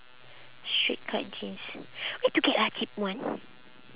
straight cut jeans where to get ah cheap one